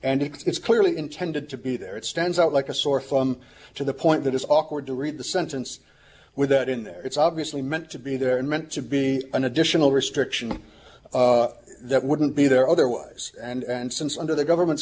and it's clearly intended to be there it stands out like a sore thumb to the point that it's awkward to read the sentence with that in there it's obviously meant to be there and meant to be an additional restriction that wouldn't be there otherwise and since under the government's